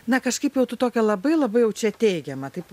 na kažkaip jau tu tokia labai labai jau čia teigiama taip